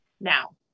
now